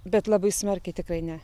bet labai smarkiai tikrai ne